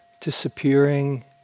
disappearing